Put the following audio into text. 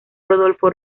rodolfo